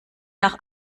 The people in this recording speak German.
nach